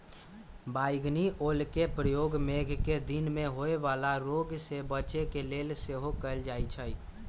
बइगनि ओलके प्रयोग मेघकें दिन में होय वला रोग से बच्चे के लेल सेहो कएल जाइ छइ